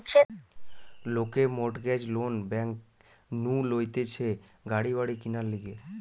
লোকে mortgage loan bank নু লইতেছে গাড়ি বাড়ি কিনার লিগে